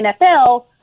NFL